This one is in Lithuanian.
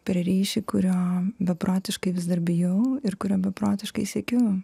per ryšį kurio beprotiškai vis dar bijau ir kurio beprotiškai siekiu